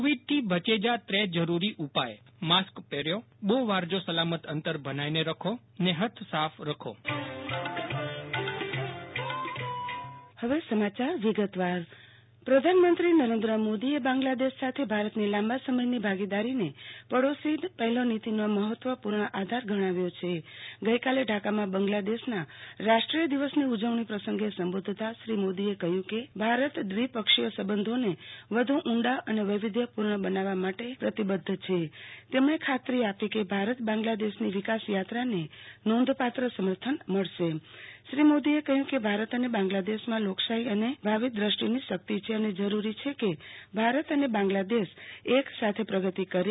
Covid સિઝે ચર આરતી ભદ્દ પ્રધાનમંત્રી ઢાકા પ્રવાસયાત્રા પ્રધાનમંત્રી નરેન્દ્ર મોદીએ બાંગ્લાદેશે સાથે ભારતની લાંબા સમંથની ભાગીદારીને પડોશી પહેલો નીતિનો મહત્વપૂ ણ આધ્રાર ગણાવ્યો છેગઈકાલે ઢાકામાં બાંગ્લાદેશના રાષ્ટ્રીય દિવસની ઉજવણી પ્રસંગે સંબોધતા શ્રી મોદીએ કહ્યું કે ભારત દ્વિપક્ષીય સંબંધોને વધુ ઊંડા અને વૈવિધ્યપૂર્ણ બનાવવા માટે પ્રતિબદ્ધ છે ત તેમણે ખાતરી આપી કે ભોરત બાંગ્લાદેશની વિકાસે યાત્રાને નોંધપાત્ર સમર્થન આપશે શ્રી મોદીએ કહ્યું કે ભારત અને બાંગ્લાદેશમાં લોકશાહી અને ભાવી દ્રષ્ટિની શક્તિ છે અને જરૂરી છે કે ભારત અને બોંગ્લાદેશ એક સાથે પ્રેગતિ કરે